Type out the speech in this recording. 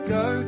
go